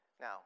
Now